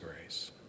grace